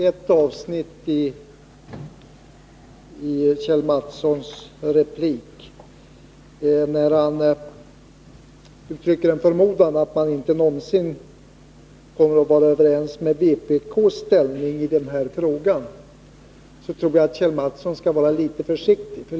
Herr talman! Kjell Mattsson uttrycker en förmodan att man inte någonsin kommer att bli överens med vpk i den här frågan. Därtror jag Kjell Mattsson skall vara litet försiktig.